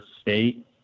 state